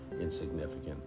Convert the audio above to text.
insignificant